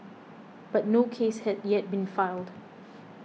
but no case has yet been filed